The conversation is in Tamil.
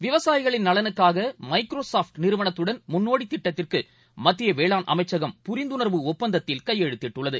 விவசாயிகளின் நலனுக்காகமைக்ரோசாஃப்ட் நிறுவனத்துடன் முன்னோடிதிட்டத்திற்குமத்தியவேளாண் அமைச்சகம் புரிந்துணர்வு ஒப்பந்தத்தில் கையெமுத்திட்டுள்ளது